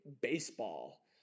Baseball